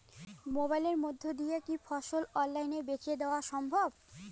মোবাইলের মইধ্যে দিয়া কি ফসল অনলাইনে বেঁচে দেওয়া সম্ভব?